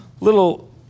little